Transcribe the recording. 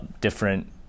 different